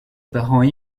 parents